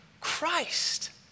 Christ